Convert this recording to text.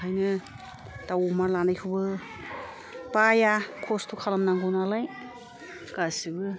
बेखायनो दाव अमा लानायखौबो बाया खस्थ' खालामनांगौ नालाय गासैबो